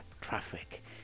traffic